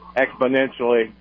exponentially